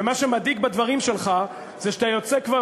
ומה שמדאיג בדברים שלך זה שאתה יוצא כבר